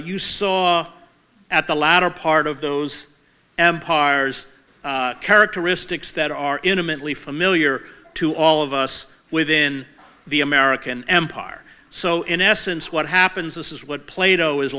you saw at the latter part of those empires characteristics that are intimately familiar to all of us within the american empire so in essence what happens this is what plato